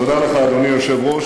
תודה לך, אדוני היושב-ראש.